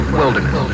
wilderness